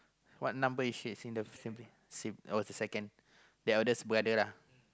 what number is he in the family oh he's the second the eldest brother lah